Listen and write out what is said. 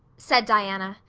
said diana.